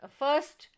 first